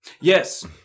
Yes